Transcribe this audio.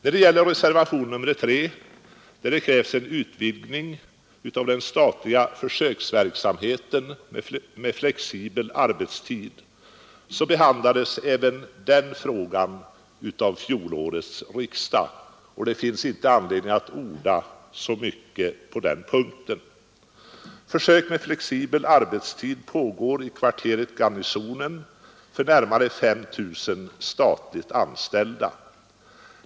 Beträffande reservationen 3, där det krävs en utvidgning av den statliga försöksverksamheten med flexibel arbetstid, så behandlades även den frågan av fjolårets riksdag, och det finns inte anledning att orda så mycket på den punkten. Försök med flexibel arbetstid pågår i kvarteret Garnisonen för närmare 5 000 statligt anställda.